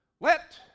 let